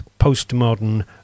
postmodern